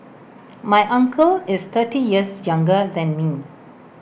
my uncle is thirty years younger than me